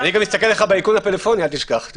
אני מסתכל לך באיכון הפלאפוני, אל תשכח.